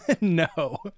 No